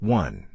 one